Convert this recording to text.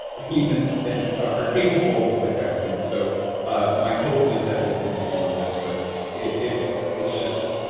humans and are capable of multitasking, so my hope is that we'll continue on this. but it's it's just,